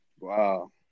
Wow